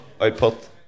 output